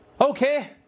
Okay